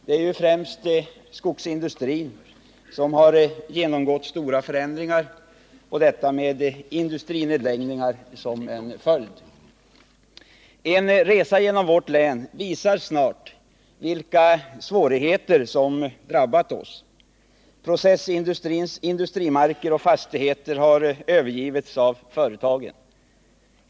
Det är främst skogsindustrin som har genomgått stora förändringar, och detta med industrinedläggningar som en följd. En resa genom vårt län visar snart vilka svårigheter som drabbat oss. Processindustrins industrimarker och fastigheter har övergivits av företagen.